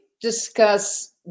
discuss